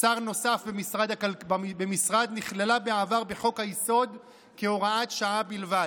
שר נוסף במשרד נכללה בעבר בחוק-היסוד כהוראת שעה בלבד,